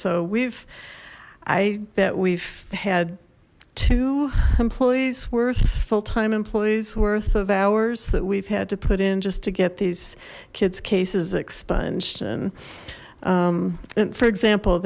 so we've i bet we've had two employees worth full time employees worth of hours that we've had to put in just to get these kids cases expunged and and for example